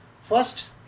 first